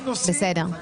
בסדר.